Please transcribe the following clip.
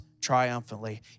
triumphantly